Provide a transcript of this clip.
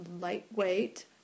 lightweight